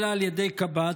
אלא על ידי קב"ט,